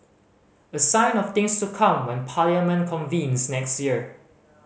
a sign of things to come when Parliament convenes next year